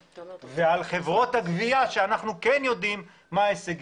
ולחברות הגבייה שאנחנו יודעים מה ההישגים.